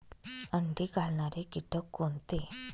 अंडी घालणारे किटक कोणते?